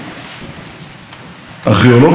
בעזרת טכנולוגיה חדשנית,